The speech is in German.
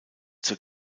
zur